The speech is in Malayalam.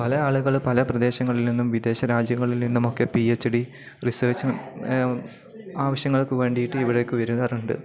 പല ആളുകൾ പല പ്രദേശങ്ങളിൽ നിന്നും വിദേശ രാജ്യങ്ങളിൽ നിന്നുമൊക്കെ പി എച്ച് ഡി റിസേർച്ച് ആവശ്യങ്ങൾക്ക് വേണ്ടിയിട്ട് ഇവിടേക്ക് വരുന്നവരുണ്ട്